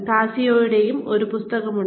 കാസിയോയുടെ ഒരു പുസ്തകമുണ്ട്